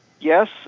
Yes